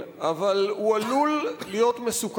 הוא מאוד מאוד זמין, אבל הוא עלול להיות מסוכן.